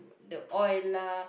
the oil lah